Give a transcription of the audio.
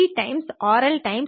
times Be times RL